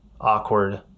awkward